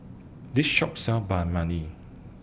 This Shop sells Banh Mani